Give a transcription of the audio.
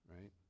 right